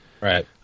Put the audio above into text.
Right